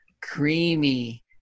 creamy